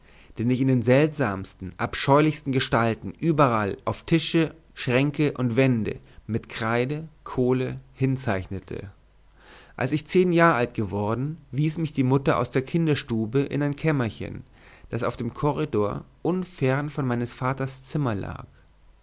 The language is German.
den ich in den seltsamsten abscheulichsten gestalten überall auf tische schränke und wände mit kreide kohle hinzeichnete als ich zehn jahre alt geworden wies mich die mutter aus der kinderstube in ein kämmerchen das auf dem korridor unfern von meines vaters zimmer lag